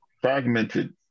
fragmented